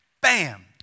bam